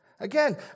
Again